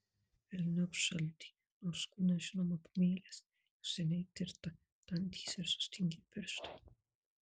velniop šaltį nors kūnas žinoma pamėlęs jau seniai tirta dantys ir sustingę pirštai